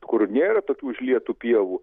kur nėra tokių užlietų pievų